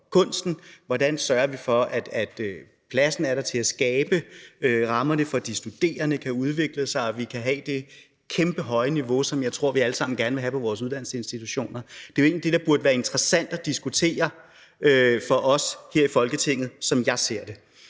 Hvordan sørger vi for, at pladsen er der til at skabe rammerne for de studerende, så de kan udvikle sig og vi kan have det kæmpehøje niveau, som jeg tror vi alle sammen gerne vil have på vores uddannelsesinstitutioner? Det er jo egentlig det, der burde være interessant at diskutere for os her i Folketinget, som jeg ser det.